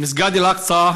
מסגד אל-אקצא,